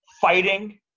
fighting